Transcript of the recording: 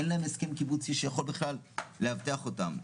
אין להם הסכם קיבוצי שיכול בכלל להבטיח אותם.